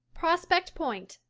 prospect point,